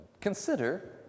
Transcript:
consider